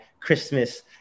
Christmas